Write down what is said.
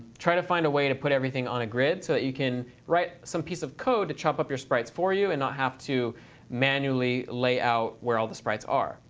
try to find a way to put everything on a grid so that you can write some piece of code to chop up your sprites for you and not have to manually lay out where all the sprites are.